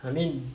I mean